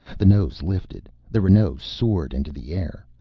the nose lifted, the renault soared into the air.